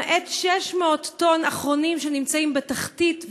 למעט 600 טון אחרונים שנמצאים בתחתית,